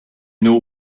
know